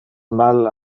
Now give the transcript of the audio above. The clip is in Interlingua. mal